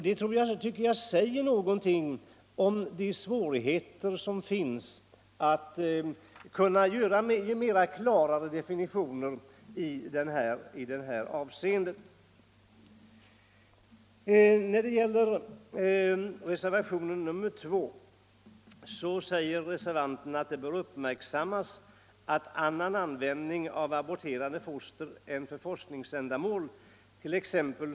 Det tycker jag också säger någonting om hur svårt det är att göra klarare definitioner i det här avseendet. I reservationen 2 säger herrar Carlshamre och Åkerlind: ”Det bör emellertid uppmärksammas att annan användning av aborterade foster än för forskningsändamål,t.ex.